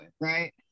right